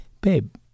Babe